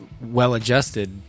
well-adjusted